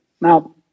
Now